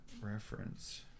reference